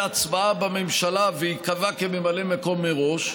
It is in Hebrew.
בהצבעה בממשלה וייקבע כממלא מקום מראש?